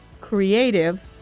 creative